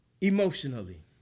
emotionally